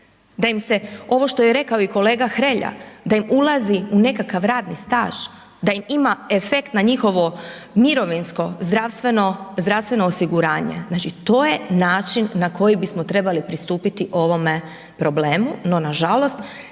da im se, ovo što je rekao i kolega Hrelja, da im ulazi u nekakav radni staž, da im ima efekt na njihovo mirovinsko, zdravstveno, zdravstveno osiguranje, znači to je način na koji bismo trebali pristupiti ovome problemu, no nažalost